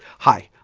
hi!